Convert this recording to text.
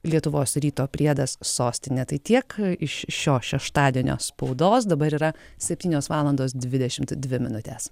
lietuvos ryto priedas sostinė tai tiek iš šio šeštadienio spaudos dabar yra septynios valandos dvidešimt dvi minutes